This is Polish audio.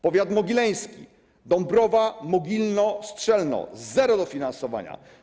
Powiat mogileński: Dąbrowa, Mogilno, Strzelno - zero dofinansowania.